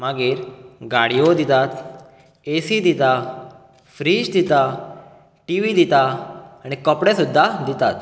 मागीर गाडयो दितात एसी दितात फ्रिज दितात टिवी दितात आनी कपडे सुद्दां दितात